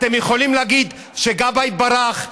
אתם יכולים להגיד שגבאי ברח,